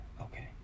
Okay